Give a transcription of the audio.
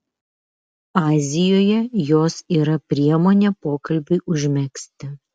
azijoje jos yra priemonė pokalbiui užmegzti